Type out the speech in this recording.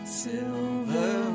silver